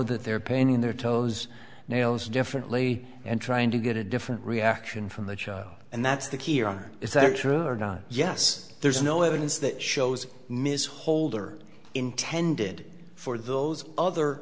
that they're painting their toes nails differently and trying to get a different reaction from the child and that's the key here is that true or not yes there's no evidence that shows ms holder intended for those other